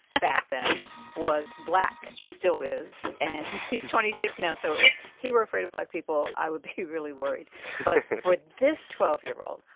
and back then was black. still is. and he's twenty six now. so if he were afraid of black people, i would be really worried but for this twelve year old,